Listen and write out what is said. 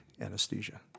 anesthesia